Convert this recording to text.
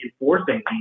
enforcing